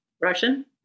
Russian